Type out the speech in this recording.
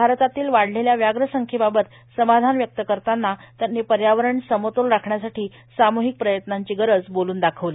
भारतातील वाढलेल्या व्याघ्र संख्येबाबत समाधान व्यक्त करताना त्यांनी पर्यावरण समतोल राखण्यासाठी सामोहीक प्रयत्नांची गरज बोल्न दाखवली